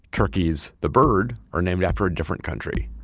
turkeys the bird are named after a different country.